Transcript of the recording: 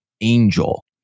Angel